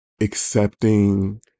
accepting